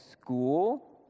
school